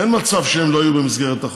אין מצב שהם לא יהיו במסגרת החוק.